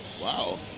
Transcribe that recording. Wow